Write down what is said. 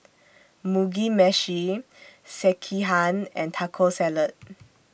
Mugi Meshi Sekihan and Taco Salad